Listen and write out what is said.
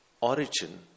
origin